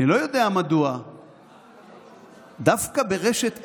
אני לא יודע מדוע דווקא ברשת אל-ערביה,